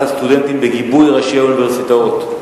הסטודנטים בגיבוי ראשי האוניברסיטאות.